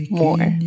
more